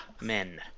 men